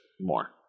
more